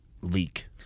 leak